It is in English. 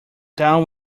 down